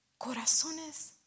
Corazones